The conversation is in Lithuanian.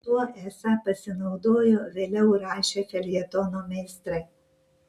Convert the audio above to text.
tuo esą pasinaudojo vėliau rašę feljetono meistrai